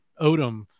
Odom